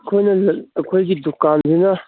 ꯑꯩꯈꯣꯏꯒꯤ ꯗꯨꯀꯥꯟꯁꯤꯅ